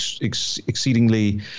exceedingly